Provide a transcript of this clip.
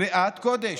קריאת קודש: